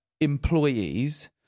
employees